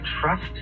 trust